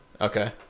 Okay